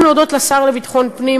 אני גם רוצה להודות לשר לביטחון הפנים,